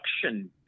production